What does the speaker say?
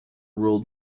ruled